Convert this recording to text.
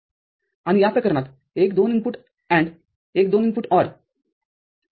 आणि या प्रकरणात एक दोन इनपुट ANDएक दोन इनपुट OR